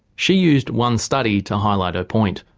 she used one study to highlight her point.